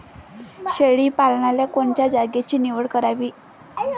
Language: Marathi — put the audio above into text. शेळी पालनाले कोनच्या जागेची निवड करावी?